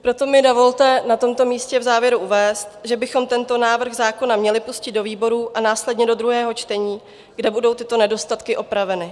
Proto mi dovolte na tomto místě v závěru uvést, že bychom tento návrh zákona měli pustit do výborů a následně do druhého čtení, kde budou tyto nedostatky opraveny.